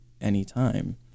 anytime